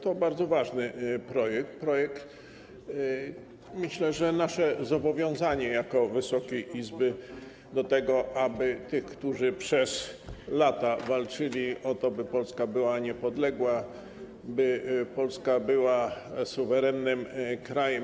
To bardzo ważny projekt, myślę, że nasze zobowiązanie jako Wysokiej Izby wobec tych, którzy przez lata walczyli o to, by Polska była niepodległa, by Polska była suwerennym krajem.